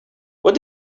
what